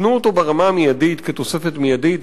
תנו אותו ברמה המיידית כתוספת מיידית,